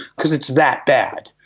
because it's that bad.